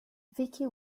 vicky